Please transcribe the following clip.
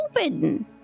open